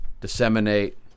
disseminate